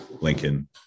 Lincoln